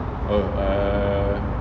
oh err